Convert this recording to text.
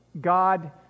God